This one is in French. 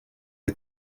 est